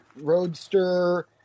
Roadster